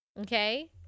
Okay